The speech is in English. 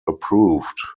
approved